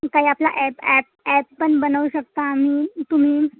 ते काय आपला ॲप ॲप ॲप पण बनवू शकता आणि तुम्ही